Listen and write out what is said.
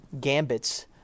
gambits